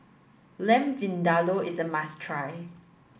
Lamb Vindaloo is a must try